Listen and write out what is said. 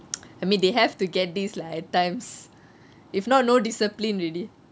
I mean they have to get these lah at times if not no discipline already